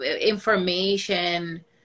information